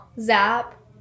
Zap